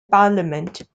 parliament